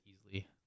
easily